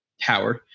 howard